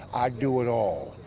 i do it all.